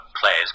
players